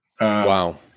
Wow